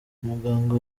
umuganga